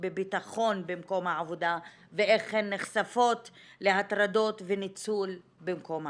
בביטחון במקום העבודה ואיך הן נחשפות להטרדות וניצול במקום העבודה.